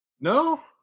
No